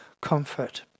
comfort